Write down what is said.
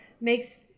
makes